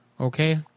Okay